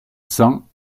cent